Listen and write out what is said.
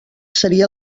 seria